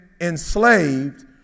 enslaved